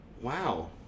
Wow